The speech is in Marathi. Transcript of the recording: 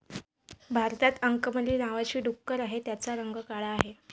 भारतात अंकमली नावाची डुकरं आहेत, त्यांचा रंग काळा आहे